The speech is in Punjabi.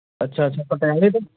ਅੱਛਾ ਅੱਛਾ ਪਟਿਆਲੇ ਤੋਂ